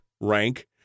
rank